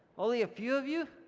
only a few of you?